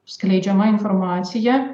skleidžiama informacija